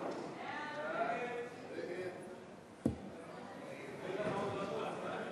התשע"ד